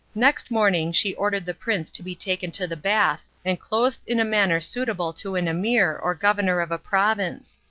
next morning she ordered the prince to be taken to the bath and clothed in a manner suitable to an emir or governor of a province.